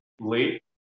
late